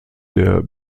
der